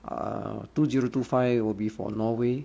uh two zero two five will be for norway